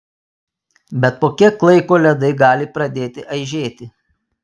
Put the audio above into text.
bet po kiek laiko ledai gali pradėti aižėti